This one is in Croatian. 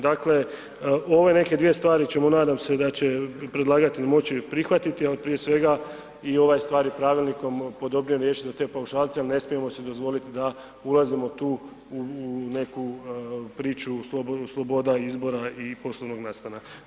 Dakle, ove neke dvije stvari ćemo nadam se da će predlagatelj moći prihvatiti, ali prije svega i ovaj stvari pravilnikom …/nerazumljivo/… riješiti za te paušalce, jer ne smijemo si dozvoliti da ulazimo tu u neku priču sloboda izbora i poslovnog nastana.